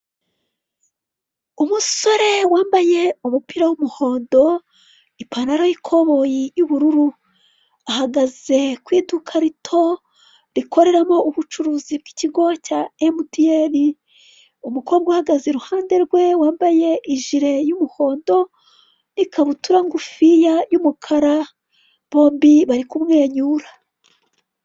Umusore wambaye umupira w'umuhondo ipantaro y'iboyi y'ubururu ahagaze ku iduka rito rikoreramo ubucuruzi gikoreramo ikigo cya emuti eni. Umukobwa uhagaze iruhande rwe wambaye ijire y'umuhondo ikabutura ngufiya y'umukara bombi bakaba bari kumwenyura.